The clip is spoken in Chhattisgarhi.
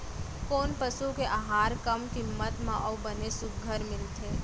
कोन पसु के आहार कम किम्मत म अऊ बने सुघ्घर मिलथे?